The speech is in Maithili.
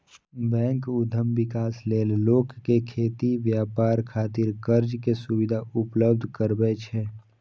बैंक उद्यम विकास लेल लोक कें खेती, व्यापार खातिर कर्ज के सुविधा उपलब्ध करबै छै